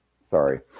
Sorry